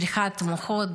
בריחת מוחות,